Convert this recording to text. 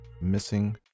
missing